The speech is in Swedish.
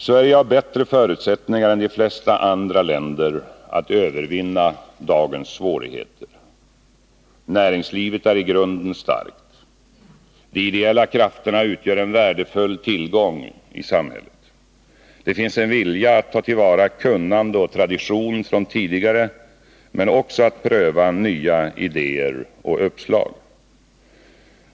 Sverige har bättre förutsättningar än de flesta andra länder att övervinna dagens svårigheter. Näringslivet är i grunden starkt. De ideella krafterna utgör en värdefull tillgång i samhället. Det finns en vilja att ta till vara kunnande och tradition från tidigare, men också att pröva nya idéer och uppslag.